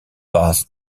was